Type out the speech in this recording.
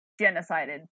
genocided